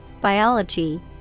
Biology